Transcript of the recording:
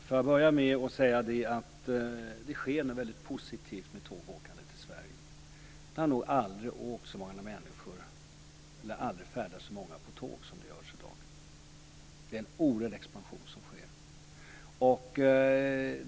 Fru talman! Det sker något positivt med tågåkandet i Sverige. Aldrig har så många människor färdats med tåg som i dag. Det är en oerhörd expansion.